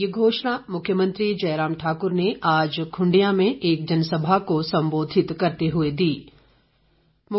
यह घोषणा मुख्यमंत्री जयराम ठाकुर ने आज खुंडिया में एक जनसभा को संबोधित करते हुए की